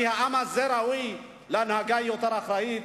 כי העם הזה ראוי להנהגה יותר אחראית,